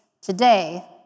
today